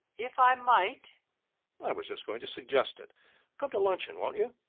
if i might i was just going to suggest it come to luncheon, won't you?